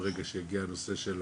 דפנה,